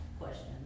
questions